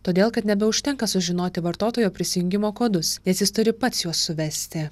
todėl kad nebeužtenka sužinoti vartotojo prisijungimo kodus nes jis turi pats juos suvesti